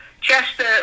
Chester